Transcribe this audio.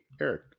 Eric